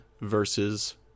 versus